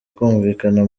kumvikana